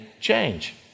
change